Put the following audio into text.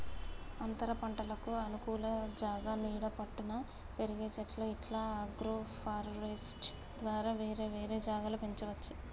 అంతరపంటలకు అనుకూల జాగా నీడ పట్టున పెరిగే చెట్లు ఇట్లా అగ్రోఫారెస్ట్య్ ద్వారా వేరే వేరే జాగల పెంచవచ్చు